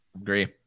agree